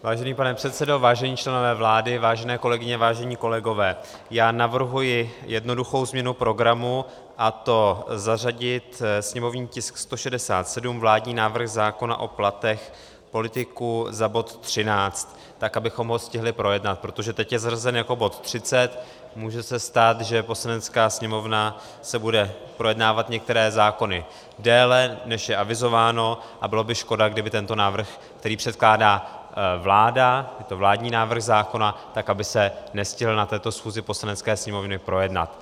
Vážený pane předsedo, vážení členové vlády, vážené kolegyně, vážení kolegové, já navrhuji jednoduchou změnu programu, a to zařadit sněmovní tisk 167, vládní návrh zákona o platech politiků, za bod 13, tak abychom jej stihli projednat, protože teď je zařazen jako bod 30 a může se stát, že Poslanecká sněmovna bude projednávat některé zákony déle, než je avizováno, a byla by škoda, aby se tento návrh, který předkládá vláda, je to vládní návrh zákona, nestihl na této schůzi Poslanecké sněmovny projednat.